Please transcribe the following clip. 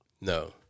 No